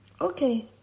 Okay